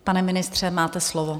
Pane ministře, máte slovo.